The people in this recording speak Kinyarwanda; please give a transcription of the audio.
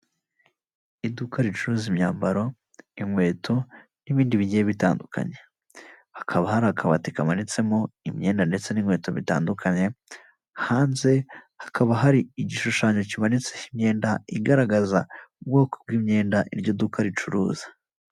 Iduka ricuruza imyambaro, inkweto n’ibindi bigiye bitandukanye. Hakaba hari akabati kamanitsemo imyenda, ndetse n’inkweto bitandukanye. Hanze hakaba hari igishushanyo kimanitse imyenda igaragaza ubwoko bw’imyenda iryo duka ricuruza.